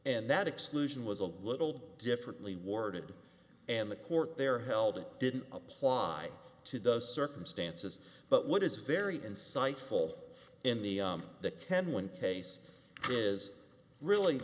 and that exclusion was a little differently warded and the court there held it didn't apply to those circumstances but what is very insightful in the the kenwyne case is really